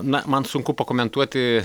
na man sunku pakomentuoti